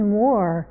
more